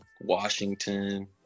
washington